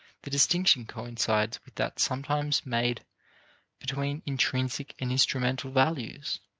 the distinction coincides with that sometimes made between intrinsic and instrumental values.